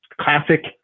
Classic